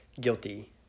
guilty